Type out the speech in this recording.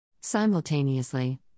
Simultaneously